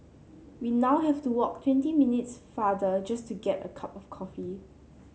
we now have to walk twenty minutes farther just to get a cup of coffee